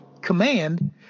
command